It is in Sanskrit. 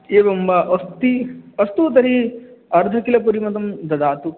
एवं वा अस्ति अस्तु तर्हि अर्धकिलोपरिमितं ददातु